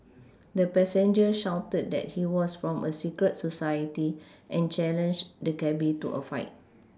the passenger shouted that he was from a secret society and challenged the cabby to a fight